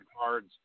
cards